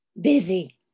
busy